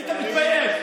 היית מתבייש.